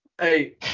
hey